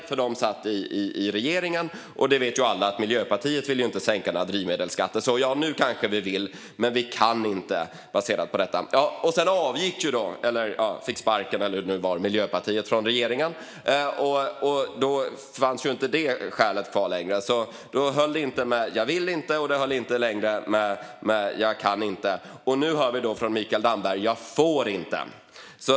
Miljöpartiet satt ju i regeringen, och alla visste att Miljöpartiet inte ville sänka drivmedelsskatter. Socialdemokraterna kanske ville sänka skatten men kunde inte på grund av det. Sedan avgick Miljöpartiet från regeringen eller fick sparken eller hur det nu var. Då fanns inte det skälet kvar, så varken jag vill inte eller jag kan inte höll längre. Nu hör vi i stället från Mikael Damberg: Jag får inte.